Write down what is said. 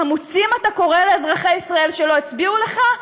חמוצים אתה קורא לאזרחי ישראל שלא הצביעו לך?